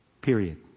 Period